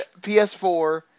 PS4